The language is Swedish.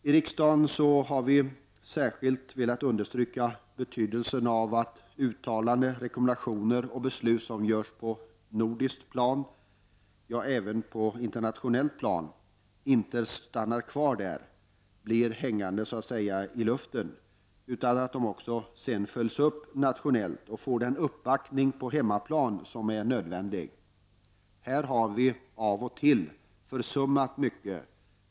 Jag vill här i riksdagen särskilt understryka betydelsen av att uttalanden, rekommendationer och beslut på nordiskt plan — ja, även på internationellt plan — inte stannar kvar där, så att säga blir hängande i luften, utan att de följs upp nationellt och får den uppbackning på hemmaplan som är nödvändig. Här har vi av och till försummat mycket.